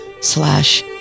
slash